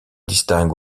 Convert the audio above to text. distingue